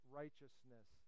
righteousness